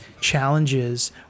challenges